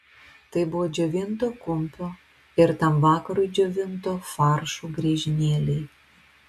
tai buvo džiovinto kumpio ir tam vakarui džiovinto faršo griežinėliai